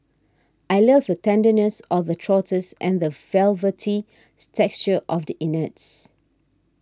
I love the tenderness of the trotters and the velvety stexture of the innards